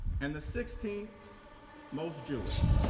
and the sixteenth most jewish.